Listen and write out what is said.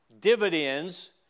dividends